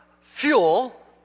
fuel